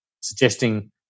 suggesting